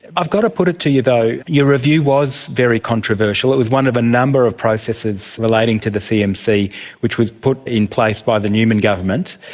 i've got to put it to you though, your review was very controversial. it was one of a number of processes relating to the cmc which was put in place by the newman government.